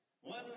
One